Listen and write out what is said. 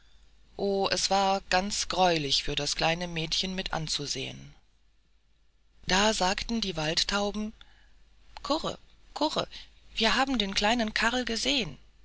o es war ganz greulich für das kleine mädchen mit anzusehen da sagten die waldtauben kurre kurre wir haben den kleinen karl gesehen